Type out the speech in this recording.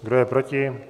Kdo je proti?